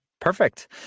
Perfect